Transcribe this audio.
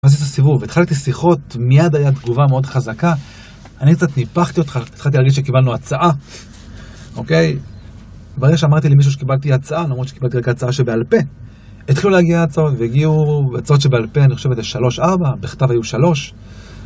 סיבוב, התחלתי שיחות, מיד היה תגובה מאוד חזקה. אני קצת ניפחתי אות... , התחלתי להגיד שקיבלנו הצעה. אוקיי? ברגע שאמרתי למישהו שקיבלתי הצעה, למרות שקיבלתי רק הצעה שבעל פה. התחילו להגיע הצעות, והגיעו הצעות שבעל פה, אני חושב את זה שלוש-ארבע, בכתב היו שלוש.